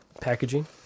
packaging